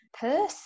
person